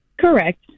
Correct